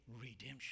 redemption